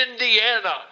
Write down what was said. Indiana